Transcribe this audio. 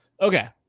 Okay